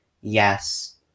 yes